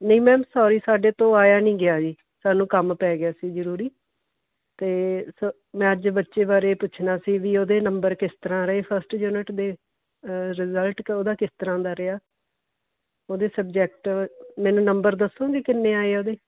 ਨਹੀਂ ma'am sorry ਸਾਡੇ ਤੋਂ ਆਇਆ ਨਹੀਂ ਗਿਆ ਜੀ ਸਾਨੂੰ ਕੰਮ ਪੈ ਗਿਆ ਸੀ ਜ਼ਰੂਰੀ ਅਤੇ ਫੇ ਮੈਂ ਅੱਜ ਬੱਚੇ ਬਾਰੇ ਪੁੱਛਣਾ ਸੀ ਵੀ ਉਹਦੇ ਨੰਬਰ ਕਿਸ ਤਰ੍ਹਾਂ ਰਹੇ ਫਸਟ ਯੂਨਿਟ ਦੇ ਰਿਜਲਟ ਅਤੇ ਉਹਦਾ ਕਿਸ ਤਰ੍ਹਾਂ ਦਾ ਰਿਹਾ ਉਹਦੇ ਸਬਜੈਕਟ ਮੈਨੂੰ ਨੰਬਰ ਦੱਸੋਂਗੇ ਕਿੰਨੇ ਆਏ ਆ ਉਹਦੇ